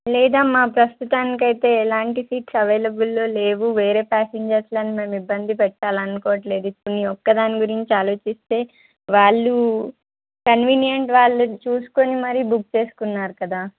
లేదా మా ప్రస్తుతానికైతే ఎలాంటి సీట్స్ అవైలబుల్లో లేవు వేరే ప్యాసెంజర్స్ని మేము ఇబ్బంది పెట్టాలనుకోవట్లేదు ఇప్పుడు మీ ఒక్క దాని గురించి ఆలోచిస్తే వాళ్ళు కన్వీనియంస్ వాళ్ళు చూసుకుని మరీ బుక్ చేసుకున్నారు కదా